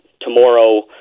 tomorrow